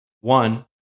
One